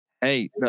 Hey